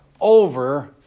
over